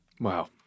Wow